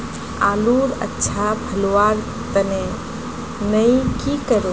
आलूर अच्छा फलवार तने नई की करूम?